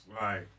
Right